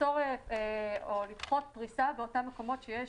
לבחון פריסה באותם מקומות שיש